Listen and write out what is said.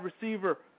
receiver